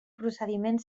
procediment